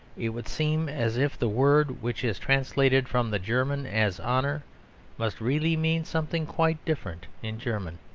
it would seem as if the word which is translated from the german as honour must really mean something quite different in german.